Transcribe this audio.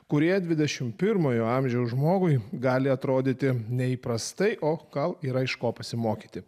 kurie dvidešimt pirmojo amžiaus žmogui gali atrodyti neįprastai o gal yra iš ko pasimokyti